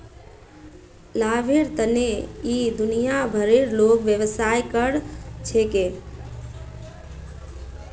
लाभेर तने इ दुनिया भरेर लोग व्यवसाय कर छेक